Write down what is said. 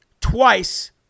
twice